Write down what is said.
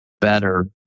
better